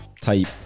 type